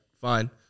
fine